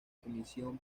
comisión